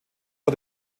vor